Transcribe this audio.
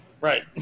Right